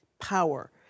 power